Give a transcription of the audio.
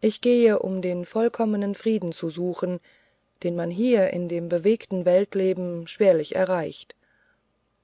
ich gehe um den vollkommenen frieden zu suchen den man hier in dem bewegten weltleben schwerlich erreicht